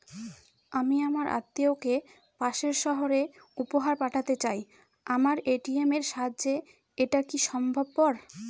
আমি আমার আত্মিয়কে পাশের সহরে উপহার পাঠাতে চাই আমার এ.টি.এম এর সাহায্যে এটাকি সম্ভবপর?